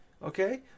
Okay